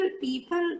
people